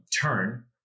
turn